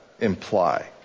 imply